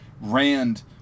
Rand